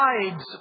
provides